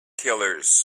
killers